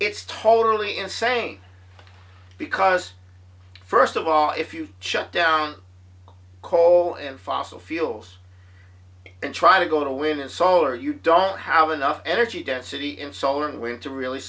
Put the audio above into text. it's totally insane because first of all if you shut down coal and fossil fuels and try to go to win and solar you don't have enough energy density in solar wind to really